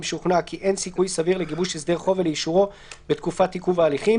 שוכנע כי אין סיכוי סביר לגיבוש הסדר חוב ולאישורו בתקופת עיכוב ההליכים